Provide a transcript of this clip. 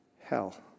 hell